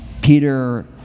Peter